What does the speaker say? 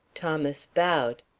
thomas bowed.